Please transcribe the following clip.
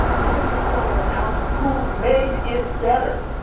give it to someone else who made it better.